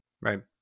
Right